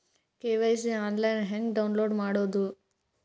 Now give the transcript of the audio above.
KYC online ಹೆಂಗ್ download ಮಾಡೋದು?